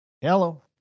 Hello